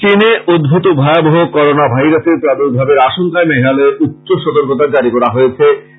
চীনে উদ্ভুত ভয়াবহ করোণা ভাইরাসের প্রাদুর্ভাবের আশঙ্কায় মেঘালয়ে উচ্চ সতর্কতা জারী করা হয়েছে